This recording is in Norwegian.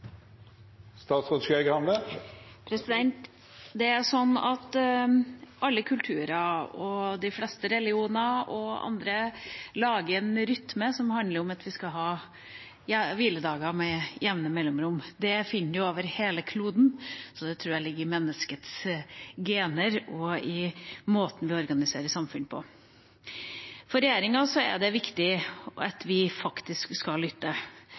Alle kulturer, de fleste religioner og andre lager en rytme som handler om at vi skal ha hviledager med jevne mellomrom. Det finner man over hele kloden, og jeg tror det ligger i menneskets gener og i måten vi organiserer samfunnet på. For regjeringa er det viktig at vi skal lytte,